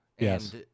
yes